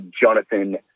Jonathan